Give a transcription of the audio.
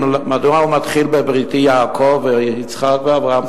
מדוע הוא מתחיל בבריתי עם יעקב, יצחק ואברהם?